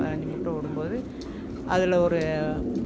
பதினஞ்சு முட்டை விடும் போது அதில் ஒரு